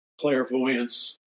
clairvoyance